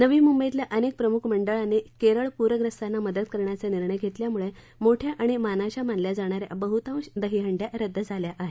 नवी मुंबईतल्या अनेक प्रमुख मंडळांनी केरळ प्रस्तांना मदत करण्याचा निर्णय घेतल्यामुळे मोठ्या आणि मानाच्या मानल्या जाणा या बहतांश दहिहंड्या रद्द झाल्या आहेत